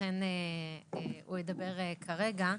ולכן הוא ידבר כרגע.